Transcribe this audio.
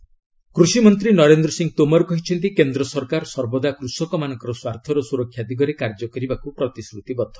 ଗଭ୍ discussion କୃଷିମନ୍ତ୍ରୀ ନରେନ୍ଦ୍ର ସିଂ ତୋମର କହିଛନ୍ତି କେନ୍ଦ୍ର ସରକାର ସର୍ବଦା କୃଷକମାନଙ୍କର ସ୍ୱାର୍ଥର ସୁରକ୍ଷା ଦିଗରେ କାର୍ଯ୍ୟ କରିବାକୁ ପ୍ରତିଶ୍ରତିବଦ୍ଧ